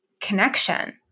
connection